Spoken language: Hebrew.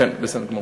כן, בסדר גמור.